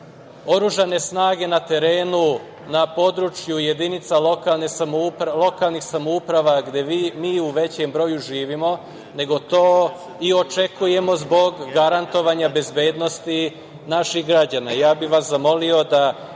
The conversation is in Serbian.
oružane snage na terenu, na području jedinica lokalnih samouprava gde mi u većem broju živimo, nego to i očekujemo zbog garantovanja bezbednosti naših građana. Zamolio